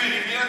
לא מבין אותך,